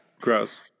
gross